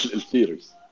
theaters